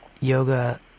yoga